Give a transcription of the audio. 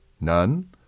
None